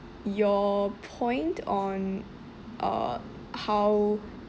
your point on uh how